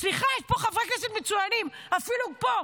סליחה, יש פה חברי כנסת מצוינים, אפילו פה.